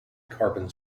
carbon